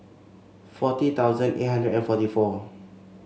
forty thousand eight hundred and forty four